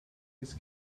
his